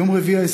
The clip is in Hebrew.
ביום רביעי,